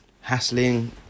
Hassling